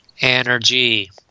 energy